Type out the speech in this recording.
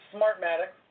Smartmatic